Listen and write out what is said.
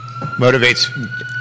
motivates